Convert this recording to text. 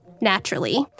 naturally